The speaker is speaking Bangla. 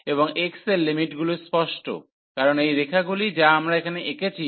এবং x এর লিমিটগুলি স্পষ্ট কারণ এই রেখাগুলি যা আমরা এখানে এঁকেছি